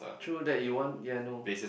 through that you want yea I know